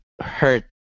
hurt